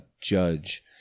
judge